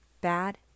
Bad